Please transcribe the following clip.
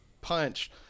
punch